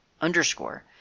underscore